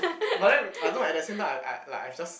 but then I know at that same time I I like I just